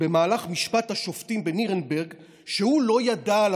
במהלך משפט השופטים בנירנברג שהוא לא ידע על